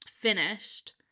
finished